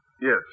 Yes